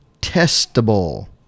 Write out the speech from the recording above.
testable